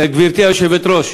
גברתי היושבת-ראש,